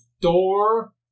door